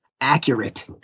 accurate